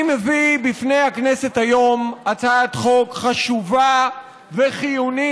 אני מביא בפני הכנסת היום הצעת חוק חשובה וחיונית,